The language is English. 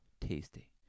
Tasty